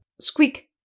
squeak